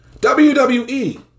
WWE